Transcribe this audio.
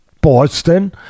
Boston